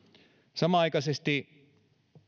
samanaikaisesti